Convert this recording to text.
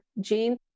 gene